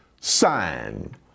sign